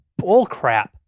bullcrap